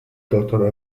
doctor